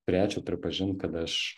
turėčiau pripažint kad aš